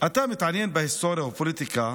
אתה מתעניין בהיסטוריה ובפוליטיקה,